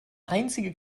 einzige